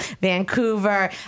Vancouver